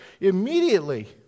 Immediately